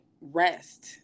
rest